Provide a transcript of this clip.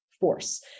force